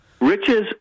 Riches